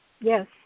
Yes